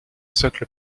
socle